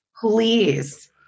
Please